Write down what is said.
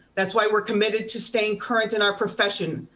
that's why we're committed to staying current in our profession.